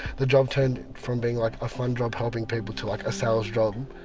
the job turned from being like a fun job helping people to like a sales job,